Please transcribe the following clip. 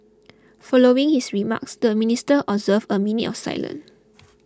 following his remarks the minister observed a minute of silence